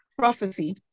Prophecy